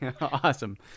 Awesome